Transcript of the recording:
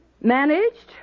Managed